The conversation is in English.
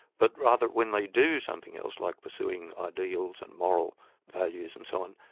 but rather when they do something else, like pursuing ideals and moral values and so on,